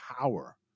power